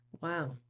Wow